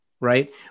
Right